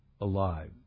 alive